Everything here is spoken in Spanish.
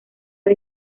del